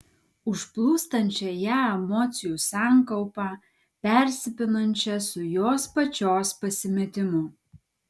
užplūstančią ją emocijų sankaupą persipinančią su jos pačios pasimetimu